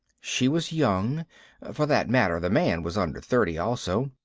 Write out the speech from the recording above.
she was young for that matter, the man was under thirty, also.